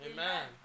Amen